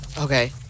okay